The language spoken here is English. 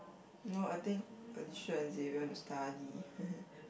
no I think Alicia and Xavier want to study